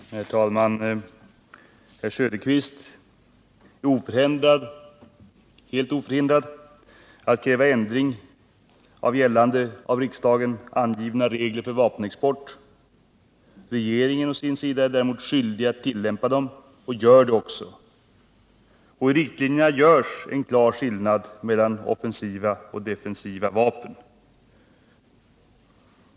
Herr talman! Herr Söderqvist är helt oförhindrad att kräva ändring i gällande av riksdagen angivna regler för vapenexport. Regeringen å sin sida är däremot skyldig att tillämpa dem — och gör det också. I riktlinjerna görs en klar skillnad mellan defensiv materiel och övrig krigsmateriel.